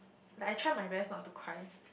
like I try my best not to cry